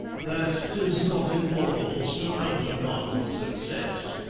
that tis not in mortals to countermand success.